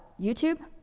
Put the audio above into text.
youtube,